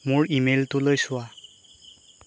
মোৰ ইমেইলটোলৈ চোৱা